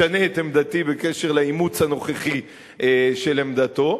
אשנה את עמדתי בקשר לאימוץ הנוכחי של עמדתו.